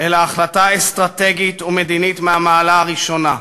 אלא החלטה אסטרטגית ומדינית מהמעלה הראשונה.